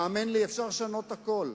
האמן לי, אפשר לשנות הכול.